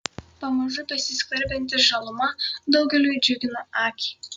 pamažu besiskverbianti žaluma daugeliui džiugina akį